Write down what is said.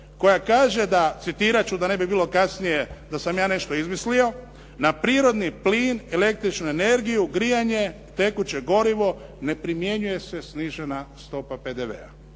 koja kaže da, citirat ću da ne bi bilo kasnije da sam ja nešto izmislio, "Na prirodni plin, električnu energiju, grijanje, tekuće gorivo ne primjenjuje se snižena stopa PDV-a.".